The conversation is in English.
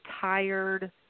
tired